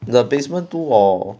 the basement two orh